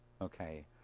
okay